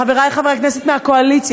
חברי חברי הכנסת מהקואליציה,